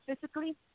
physically